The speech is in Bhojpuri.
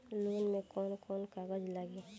लोन में कौन कौन कागज लागी?